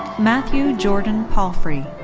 matthew jordan palfrey.